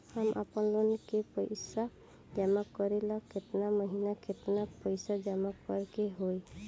हम आपनलोन के पइसा जमा करेला केतना महीना केतना पइसा जमा करे के होई?